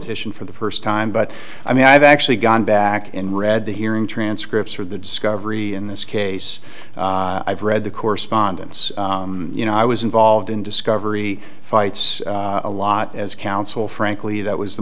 location for the first time but i mean i've actually gone back and read the hearing transcripts or the discovery in this case i've read the correspondence you know i was involved in discovery fights a lot as counsel frankly that was the